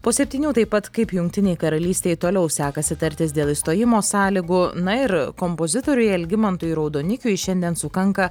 po septynių taip pat kaip jungtinei karalystei toliau sekasi tartis dėl išstojimo sąlygų na ir kompozitoriui algimantui raudonikiui šiandien sukanka